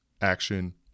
action